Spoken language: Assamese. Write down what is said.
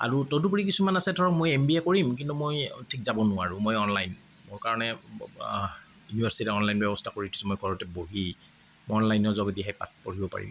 আৰু তদুপৰি আৰু কিছুমান আছে ধৰক মই এম বি এ কৰিম কিন্তু মই ঠিক যাব নোৱাৰোঁ মই অনলাইন মোৰ কাৰণে ব্যৱস্থা কৰি দিছোঁ মই ঘৰতে বহি মই অনলাইনৰ যোগেদিহে পাঠ পঢ়িব পাৰিম